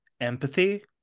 empathy